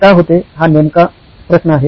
असे का होते हा नेमका प्रश्न आहे